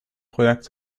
project